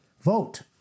Vote